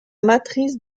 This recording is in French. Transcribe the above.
matrice